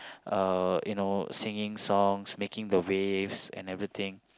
uh you know singing songs making the waves and everything